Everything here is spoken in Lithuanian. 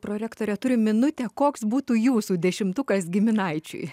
prorektorė turim minutę koks būtų jūsų dešimtukas giminaičiui